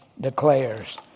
declares